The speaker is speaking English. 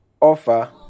offer